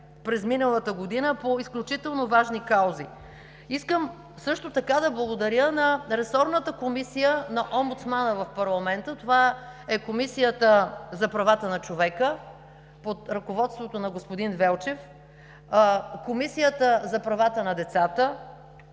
през миналата година по изключително важни каузи. Искам също така да благодаря на ресорната комисия на омбудсмана в парламента – това е Комисията за правата на човека, под ръководството на господин Велчев; Комисията за правата на децата;